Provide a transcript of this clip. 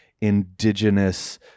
indigenous